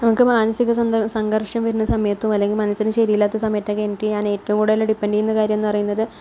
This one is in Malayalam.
നമുക്ക് മാനസിക സംഘ സംഘർഷം വരുന്ന സമയത്തോ അല്ലെങ്കിൽ മനസ്സിന് ശരിയല്ലാത്ത സമയത്തൊക്കെ എനിക്ക് ഞാൻ ഏറ്റവും കൂടുതൽ ഡിപ്പെൻറ് ചെയ്യുന്ന കാര്യം എന്ന് പറയുന്നത്